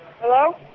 Hello